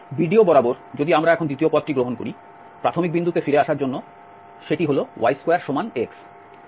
BDO বরাবর যদি আমরা এখন দ্বিতীয় পথটি গ্রহণ করি প্রাথমিক বিন্দুতে ফিরে আসার জন্য সেটি হল y2x